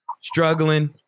struggling